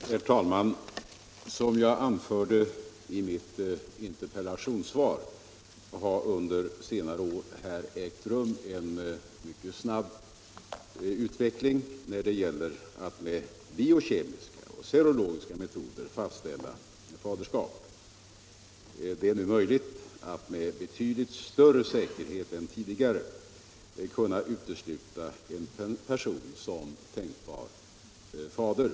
Herr talman! Som jag anförde i mitt interpellationssvar har under senare år ägt rum en mycket snabb utveckling när det gäller att med biokemiska och serologiska metoder fastställa faderskap. Det är nu möjligt att med betydligt större säkerhet än tidigare utesluta en person som tänkbar fader.